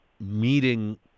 meeting